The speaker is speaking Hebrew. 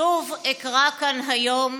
שוב אקרא כאן היום: